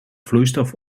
vloeistof